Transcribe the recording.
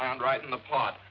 i'm right in the pot